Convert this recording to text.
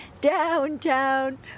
downtown